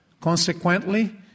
Consequently